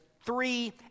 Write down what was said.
three